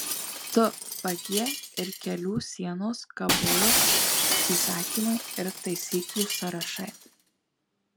tu vagie ir kelių sienos kabojo įsakymai ir taisyklių sąrašai